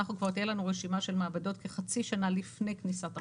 שכבר תהיה לנו רשימה של מעבדות כחצי שנה לפני כניסת החוק.